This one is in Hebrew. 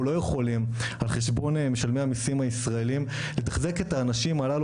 אנחנו לא יכולים על חשבון משלמי המיסים הישראלים לתחזק את האנשים הללו,